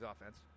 offense